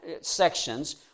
sections